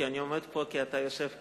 אני עומד פה כי אתה יושב כאן.